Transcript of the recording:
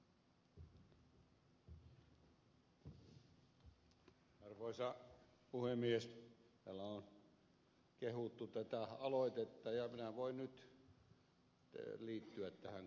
täällä on kehuttu tätä aloitetta ja minä voin nyt liittyä tähän kuoroon